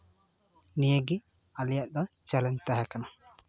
ᱱᱤᱭᱟᱹᱜᱮ ᱟᱞᱮᱭᱟᱜ ᱫᱚ ᱪᱮᱞᱮᱧᱡᱽ ᱛᱟᱦᱮᱸ ᱠᱟᱱᱟ